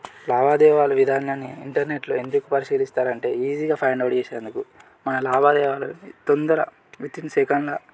లావాదేవీల విధానాన్ని ఇంటర్నెట్లో ఎందుకు పరిశీలిస్తారు అంటే ఈజీగా ఫైండ్ అవుట్ చేసేందుకు మన లావాదేవాలు తొందర వితిన్ సెకండ్ల